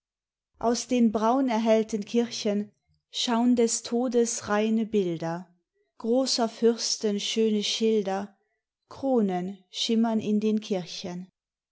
aus den braun erhellten kirchen schaun des todes reine bilder großer fürsten schöne schilder kronen schimmern in den kirchen